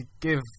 give